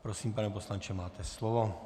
Prosím, pane poslanče, máte slovo.